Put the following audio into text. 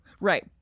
Right